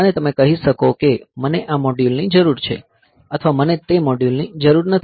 અને તમે કહી શકો કે મને આ મોડ્યુલની જરૂર છે અથવા મને તે મોડ્યુલની જરૂર નથી